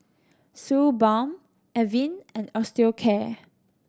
Suu Balm Avene and Osteocare